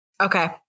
Okay